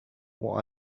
what